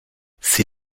sie